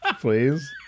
Please